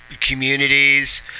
communities